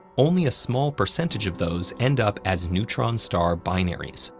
only a small percentage of those end up as neutron-star binaries,